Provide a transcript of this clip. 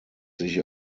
sich